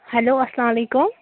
hello اَسَلامُ علیکُم